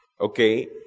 okay